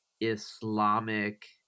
Islamic